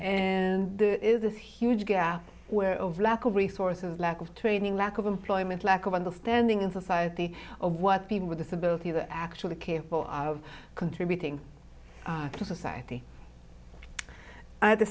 it is this huge gap where of lack of resources lack of training lack of employment lack of understanding in society of what people with disabilities are actually careful of contributing to society at the